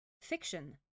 Fiction